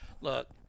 Look